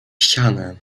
ścianę